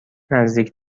نزدیک